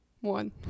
one